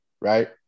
right